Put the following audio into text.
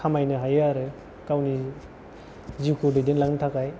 खामायनो हायो आरो गावनि जिउखौ दैदेनलांनो थाखाय